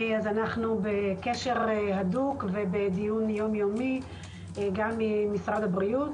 אנו בקשר הדוק ובדיון יום-יומי גם עם משרד הבריאות,